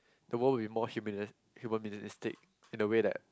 the world will be more human humanistic in a way that